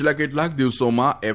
છેલ્લા કેટલાક દિવસોમાં એફ